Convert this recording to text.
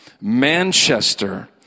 Manchester